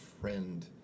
friend